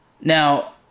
now